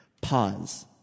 Pause